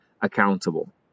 accountable